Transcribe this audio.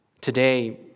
Today